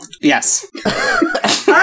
Yes